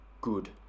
good